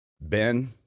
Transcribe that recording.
Ben